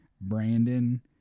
Brandon